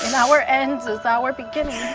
um hour ends as our beginning,